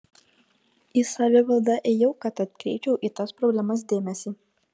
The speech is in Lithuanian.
į savivaldą ėjau kad atkreipčiau į tas problemas dėmesį